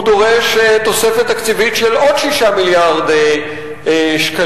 הוא דורש תוספת תקציבית של 6 מיליארד שקלים,